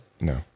No